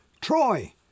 Troy